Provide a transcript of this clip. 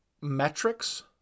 metrics